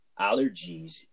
allergies